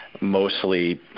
mostly